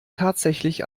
tatsächlich